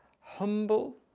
humble